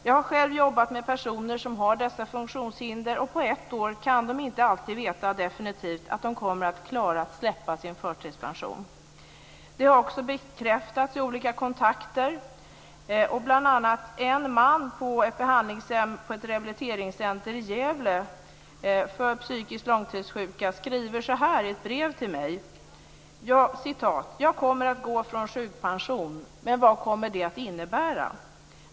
Jag har själv jobbat med personer som har dessa funktionshinder, och på ett år kan de inte alltid veta definitivt att de kommer att klara att släppa sin förtidspension. Det har också bekräftats i olika kontakter. Så här skriver t.ex. en man på ett rehabiliteringscenter för psykiskt långtidssjuka i Gävle i ett brev till mig: "Jag kommer att gå från sjukpension, men vad kommer det att innebära?